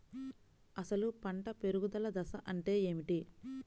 అసలు పంట పెరుగుదల దశ అంటే ఏమిటి?